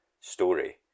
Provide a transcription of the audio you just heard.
story